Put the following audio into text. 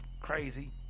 Crazy